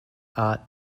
are